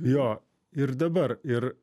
jo ir dabar ir